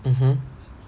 mmhmm